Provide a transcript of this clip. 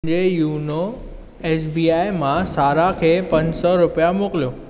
J you know S B I मां सारा खे पंज सौ रुपिया मोकिलियो